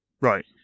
Right